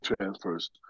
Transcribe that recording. transfers